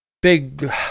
Big